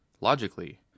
logically